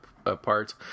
parts